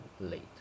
late